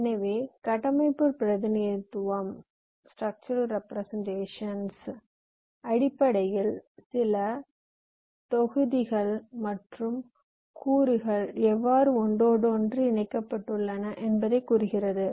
எனவே கட்டமைப்பு பிரதிநிதித்துவம் அடிப்படையில் சில தொகுதிகள் மற்றும் கூறுகள் எவ்வாறு ஒன்றோடொன்று இணைக்கப்பட்டுள்ளன என்பதைக் கூறுகிறது